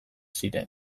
ziren